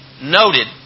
noted